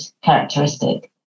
characteristic